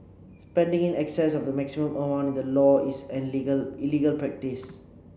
spending in excess of the maximum amount in the law is an legal illegal practice